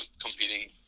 competing